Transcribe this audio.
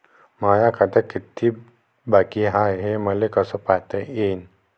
माया खात्यात कितीक बाकी हाय, हे मले कस पायता येईन?